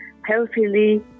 healthily